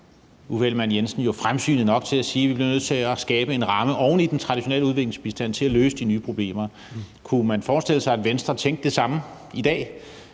Ellemann-Jensen jo fremsynet nok til at sige, at vi var nødt til at skabe en ramme oven i den traditionelle udviklingsbistand til at løse de nye problemer. Kunne man forestille sig, at Venstre tænkte det samme i dag